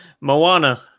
Moana